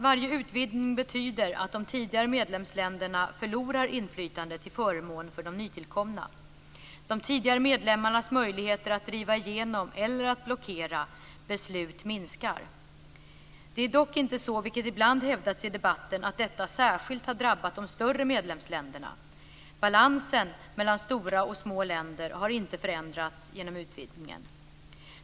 Varje utvidgning betyder att de tidigare medlemsländerna förlorar inflytande till förmån för de nytillkomna. De tidigare medlemmarnas möjligheter att driva igenom eller att blockera beslut minskar. Det är dock inte så, vilket ibland har hävdats i debatten, att detta särskilt har drabbat de större medlemsländerna. Balansen mellan stora och små länder har inte förändrats genom utvidgningen.